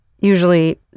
Usually